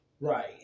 Right